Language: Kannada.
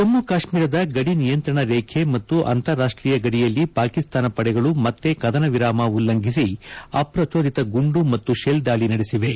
ಜಮ್ಮು ಕಾಶ್ಮೀರದ ಗಡಿ ನಿಯಂತ್ರಣ ರೇಖೆ ಮತ್ತು ಅಂತಾರಾಷ್ಟೀಯ ಗಡಿಯಲ್ಲಿ ಪಾಕಿಸ್ತಾನ ಪಡೆಗಳು ಮತ್ತೆ ಕದನ ವಿರಾಮ ಉಲ್ಲಂಘಿಸಿ ಅಪ್ರಚೋದಿತ ಗುಂಡು ಮತ್ತು ಶೆಲ್ ದಾಳಿ ನಡೆಸಿವೆ